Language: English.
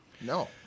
No